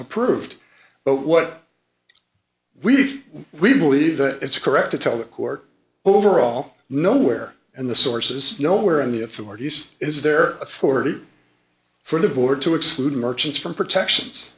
approved but what we do we believe that it's correct to tell the court overall nowhere in the sources nowhere in the authorities is their authority for the board to exclude merchants from protections